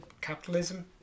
capitalism